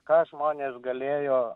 ką žmonės galėjo